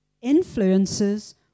influences